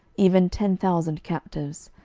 even ten thousand captives,